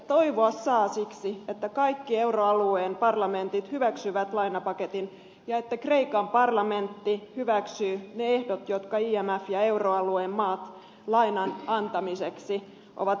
toivoa saa siksi että kaikki euroalueen parlamentit hyväksyvät lainapaketin ja että kreikan parlamentti hyväksyy ne ehdot jotka imf ja euroalueen maat lainan antamiseksi ovat edellyttäneet